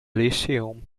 lyceum